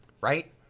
right